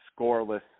scoreless